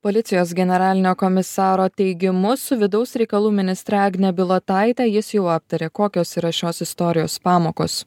policijos generalinio komisaro teigimu su vidaus reikalų ministre agne bilotaite jis jau aptarė kokios yra šios istorijos pamokos